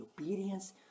obedience